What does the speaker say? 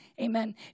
Amen